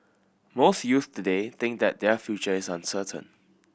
most youths today think that their future is uncertain